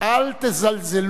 "אל תזלזלו